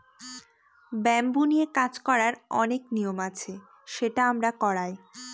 bamboo নিয়ে কাজ করার অনেক নিয়ম আছে সেটা আমরা করায়